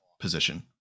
position